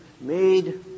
made